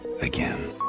again